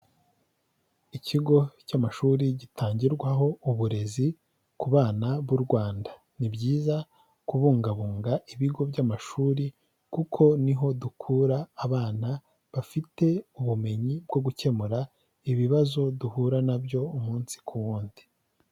Ikigo cy'amashuri gitangirwaho uburezi ku bana b'u Rwanda, ni byiza kubungabunga ibigo by'amashuri kuko ni ho dukura abana bafite ubumenyi bwo gukemura ibibazo duhura na byo umunsi ku wundi.